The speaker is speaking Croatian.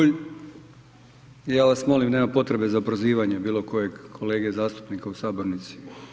I ja vas molim, nema potrebe za prozivanjem bilo kojeg kolege zastupnika u Sabornici.